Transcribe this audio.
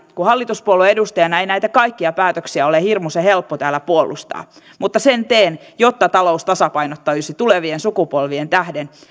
kun hallituspuolueen edustajana ei näitä kaikkia päätöksiä ole hirmuisen helppo täällä puolustaa mutta sen teen jotta talous tasapainottuisi tulevien sukupolvien tähden ja